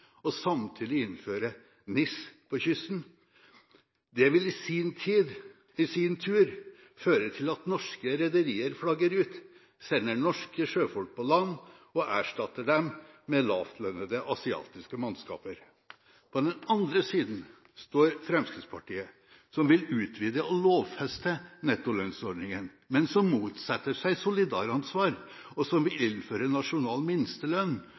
samtidig innføre NIS på kysten. Det vil i sin tur føre til at norske rederier flagger ut, sender norske sjøfolk på land og erstatter dem med lavtlønnede asiatiske mannskaper. På den andre siden står Fremskrittspartiet, som vil utvide og lovfeste nettolønnsordningen, men som motsetter seg solidaransvar, og som vil innføre nasjonal minstelønn